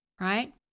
right